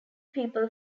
people